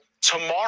tomorrow